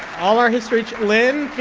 all our history lynn,